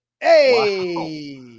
Hey